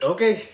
Okay